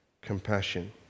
compassion